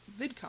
VidCon